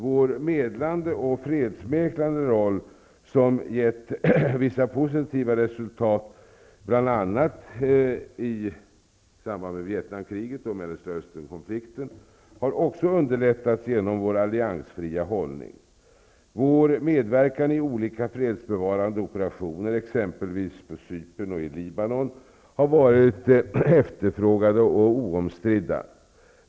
Vår medlande och fredsmäklande roll, som gett vissa positiva resultat bl.a. i samband med Vietnamkriget och Mellersta Östernkonflikten, har också underlättats genom vår alliansfria hållning. Vår medverkan i olika fredsbevarande operationer, t.ex på Cypern och i Libanon, har varit efterfrågade och oomstridda.